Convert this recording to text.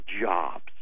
jobs